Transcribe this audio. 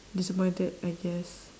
disappointed I guess